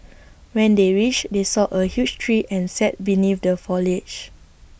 when they reached they saw A huge tree and sat beneath the foliage